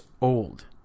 old